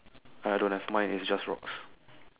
I don't have mine is just rocks